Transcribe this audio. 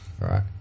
right